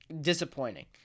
Disappointing